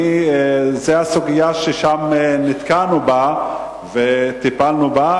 זו סוגיה שנתקלנו בה שם וטיפלנו בה.